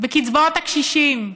בקצבאות הקשישים,